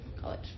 college